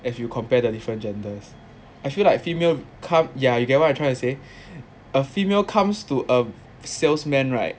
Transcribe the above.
if you compare the different genders I feel like female come yeah you get what I trying to say a female comes to a salesman right